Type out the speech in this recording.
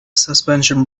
suspension